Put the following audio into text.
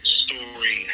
story